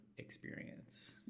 experience